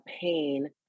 pain